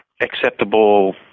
acceptable